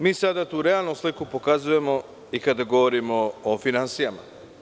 Mi sada tu realnu sliku pokazujemo i kada govorimo o finansijama.